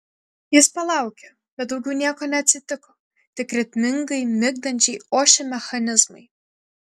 jis palaukė bet daugiau nieko neatsitiko tik ritmingai migdančiai ošė mechanizmai